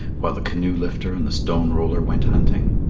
while the canoe-lifter and the stone-roller went hunting.